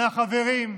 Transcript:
מהחברים,